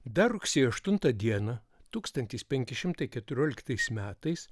dar rugsėjo aštuntą dieną tūkstantis penki šimtai keturioliktais metais